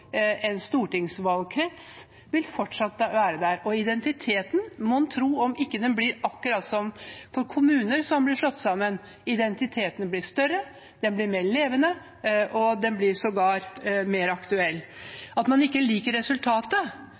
en stortingsvalgkrets, vil fortsatt være der. Og identiteten – mon tro om den ikke blir akkurat som for kommuner som blir slått sammen? Identiteten blir større, den blir mer levende, og den blir sågar mer aktuell. Noen liker ikke resultatet, man